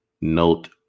note